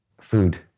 Food